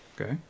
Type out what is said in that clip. Okay